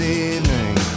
evening